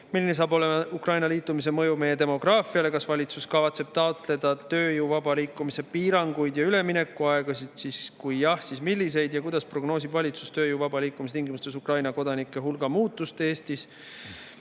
Milline saab olema Ukraina liitumise mõju meie demograafiale? Kas valitsus kavatseb taotleda tööjõu vaba liikumise piiranguid ja üleminekuaegasid? Kui jah, siis milliseid? Kuidas prognoosib valitsus tööjõu vaba liikumise tingimustes Ukraina kodanike hulga muutust Eestis?